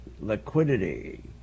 liquidity